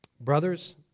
Brothers